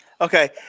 Okay